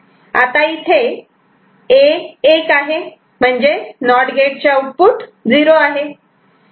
आता इथे A 1 आहे म्हणजेच नॉट गेट चे आउटपुट '0' आहे